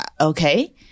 okay